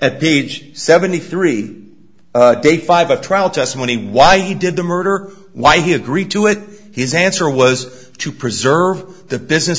at gage seventy three day five of trial testimony why he did the murder why he agreed to it his answer was to preserve the business